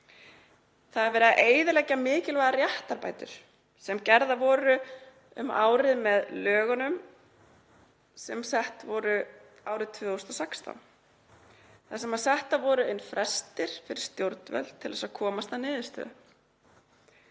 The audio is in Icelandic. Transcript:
Það er verið að eyðileggja mikilvægar réttarbætur sem gerðar voru um árið, með lögum sem sett voru árið 2016, þar sem settir voru inn frestir fyrir stjórnvöld til að komast að niðurstöðu.